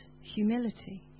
humility